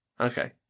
Okay